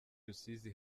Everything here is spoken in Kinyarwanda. rusizi